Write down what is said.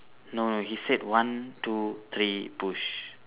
no no he said one two three push